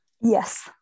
Yes